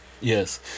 Yes